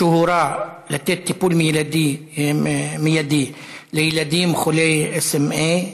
שהוא הורה לתת טיפול מידי לילדים חולי SMA,